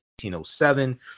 1807